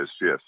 Yes